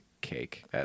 cake